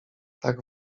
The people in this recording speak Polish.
tak